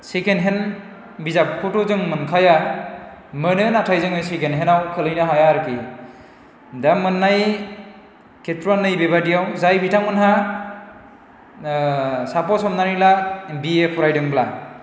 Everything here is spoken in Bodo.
सेकेन्ड हेण्ड बिजाबखौथ' जों मोनखाया मोनो नाथाय जों सेकेन्ड हेण्डआव खोलैनौ हाया आरोखि दा मोननाय केथ्र'आव नैबेबायदियाव जाय बिथांमोनहा सापस हमनानै ला बिए फरायदोंब्ला